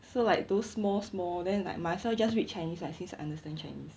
so like those small small then like might as well just read chinese lah since I understand chinese